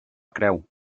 creu